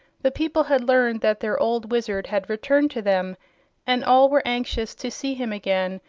the people had learned that their old wizard had returned to them and all were anxious to see him again,